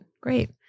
Great